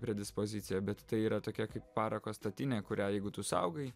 predispoziciją bet tai yra tokia kaip parako statinė kurią jeigu tu saugai